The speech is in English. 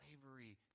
slavery